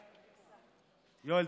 יואל,